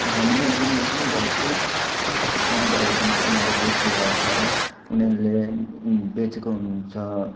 हामीलाई दिने जुन भाउ चाहिँ अलिकति कम गरेर दिन्छ उनीहरूले बेसी राख्छ है उनीहरूले बेचेको हुन्छ